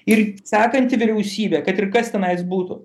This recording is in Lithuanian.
ir sekanti vyriausybė kad ir kas tenais būtų